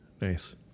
Nice